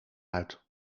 uit